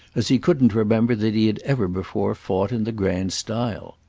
as he couldn't remember that he had ever before fought in the grand style.